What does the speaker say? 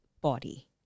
body